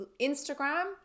instagram